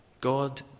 God